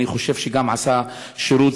אני חושב שגם עשה שירות,